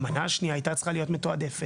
המנה השנייה הייתה צריכה להיות מתועדפת